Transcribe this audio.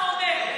מה אתה אומר?